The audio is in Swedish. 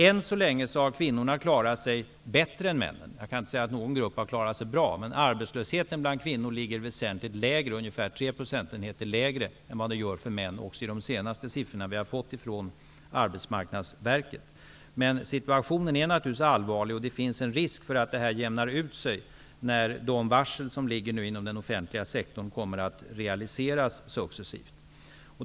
Än så länge har kvinnorna klarat sig bättre än männen. Jag kan inte säga att någon grupp har klarat sig bra. Men arbetslösheten bland kvinnor ligger också i de senaste siffrorna vi har fått från Arbetsmarknadsverket ungefär 3 procentenheter lägre än för män. Men situationen är naturligtvis allvarlig, och det finns en risk för att det jämnar ut sig när de varsel som nu ligger inom den offentliga sektorn kommer att realiseras successivt.